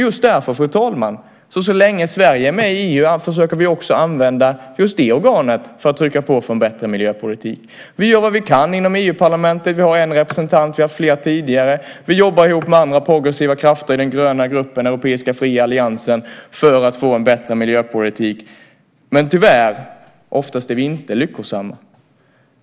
Just därför, fru talman, försöker vi så länge Sverige är med i EU också använda just detta organ för att trycka på för en bättre miljöpolitik. Vi gör vad vi kan inom EU-parlamentet. Vi har en representant; vi har haft fler tidigare. Vi jobbar ihop med andra progressiva krafter i den gröna gruppen, Europeiska fria alliansen, för att få en bättre miljöpolitik. Tyvärr är vi dock oftast inte lyckosamma.